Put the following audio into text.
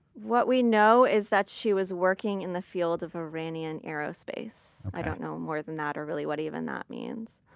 what we know is that she was working in the field of iranian aerospace. i don't know more than that or really what even that means.